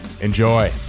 Enjoy